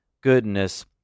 goodness